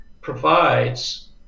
provides